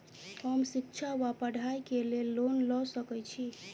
हम शिक्षा वा पढ़ाई केँ लेल लोन लऽ सकै छी?